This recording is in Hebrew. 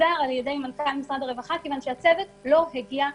פוזר על ידי מנכ"ל משרד הרווחה כיוון שהצוות לא הגיע להסכמות.